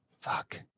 fuck